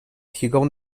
提供